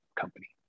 company